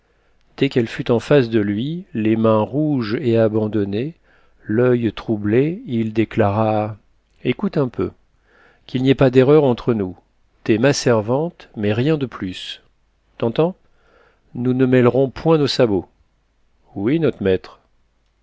dès qu'elle fut en face de lui les mains rouges et abandonnées l'oeil trouble il déclara écoute un peu qu'il n'y ait pas d'erreur entre nous t'es ma servante mais rien de plus t'entends nous ne mêlerons point nos sabots oui not maître